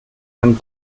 man